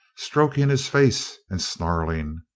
stroking his face and snarling